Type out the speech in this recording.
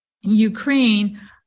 Ukraine